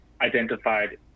identified